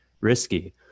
risky